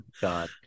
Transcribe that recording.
god